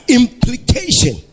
implication